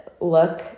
look